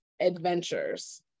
adventures